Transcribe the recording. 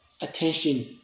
attention